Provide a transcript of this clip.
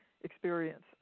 experience